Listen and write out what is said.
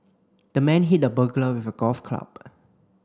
the man hit the burglar with a golf club